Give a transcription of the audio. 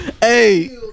Hey